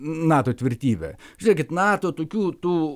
nato tvirtybė žiūrėkit nato tokių tų